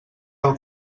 del